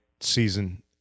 season